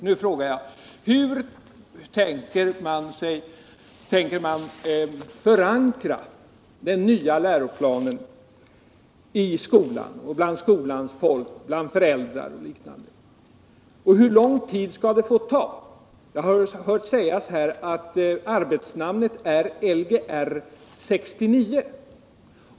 Därför frågar jag: Hur tänker man sig förankra den nya läroplanen bland skolans folk, föräldrar och andra grupper, och hur lång tid skall detta få ta i anspråk? Jag har hön sägas att arbetsnamnet på läroplanen är Lgr 79.